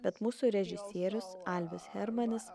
bet mūsų režisierius alvis hermanis